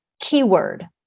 keyword